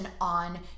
on